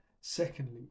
Secondly